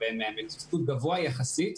הרבה מהם בתפקוד גבוה יחסית,